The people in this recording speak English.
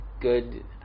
good